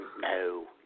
No